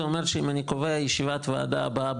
זה אומר שאם אני קובע ישיבת וועדה הבאה,